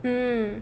mmhmm